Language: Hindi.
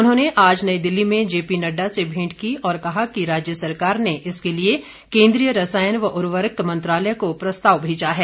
उन्होंने आज नई दिल्ली में जेपी नड्डा से भेंट की और कहा कि राज्य सरकार ने इसके लिए केन्द्रीय रसायन व उर्वरक मंत्रालय को प्रस्ताव भेजा है